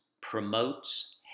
promotes